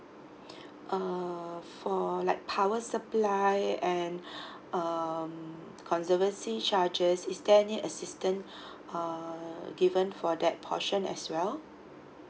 uh for like power supply and um conservancy charges is there any assistant uh given for that portion as well